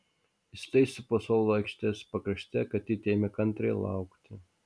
įsitaisiusi po suolu aikštelės pakraštyje katytė ėmė kantriai laukti